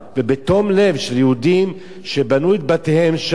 ובתום לב של יהודים שבנו את בתיהם שם,